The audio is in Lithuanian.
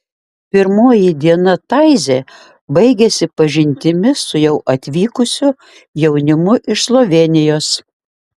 pirmoji diena taizė baigėsi pažintimi su jau atvykusiu jaunimu iš slovėnijos